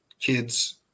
kids